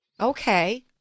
okay